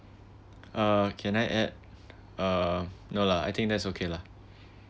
uh can I add uh no lah I think that's okay lah